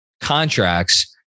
contracts